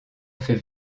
fait